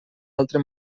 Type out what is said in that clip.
altre